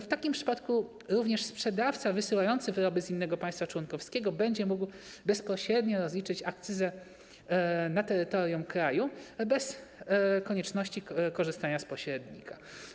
W takim przypadku również sprzedawca wysyłający wyroby z innego państwa członkowskiego będzie mógł bezpośrednio rozliczyć akcyzę na terytorium kraju, bez konieczności korzystania z pośrednika.